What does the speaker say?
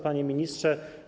Panie Ministrze!